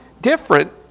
different